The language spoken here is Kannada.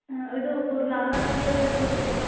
ಹಾಂ ಇದು ಪುರ್ ನಾರ್ಮಲ್ ವಿಡಿಯೋಕ್ಕೆ ಏಟ್ ತೊಗೊತೀರಿ